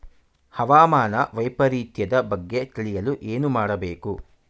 ಹವಾಮಾನ ವೈಪರಿತ್ಯದ ಬಗ್ಗೆ ತಿಳಿಯಲು ಏನು ಮಾಡಬೇಕು?